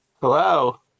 Hello